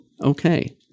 Okay